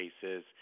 cases